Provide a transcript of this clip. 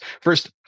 First